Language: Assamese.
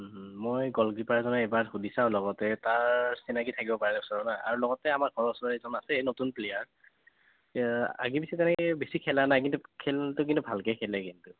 মই গ'লকীপাৰজনক এবাৰ সুধি চাওঁ লগতে তাৰ চিনাকি থাকিব পাৰে ওচৰৰ না আৰু লগতে আমাৰ ঘৰ ওচৰৰ এজন আছেই নতুন প্লেয়াৰ তেওঁ আগে পিছে তেনেকৈ বেছি খেলা নাই কিন্তু খেলটো কিন্তু ভালকৈ খেলে কিন্তু